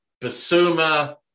Basuma